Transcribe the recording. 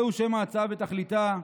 זהו שם ההצעה, ותכליתה,